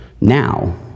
now